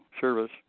Service